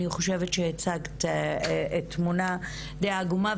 אני חושבת שהצגת תמונה די עגומה,